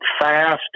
fast